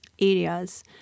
areas